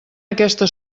aquesta